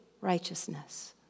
righteousness